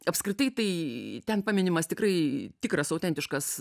apskritai tai ten paminimas tikrai tikras autentiškas